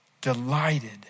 delighted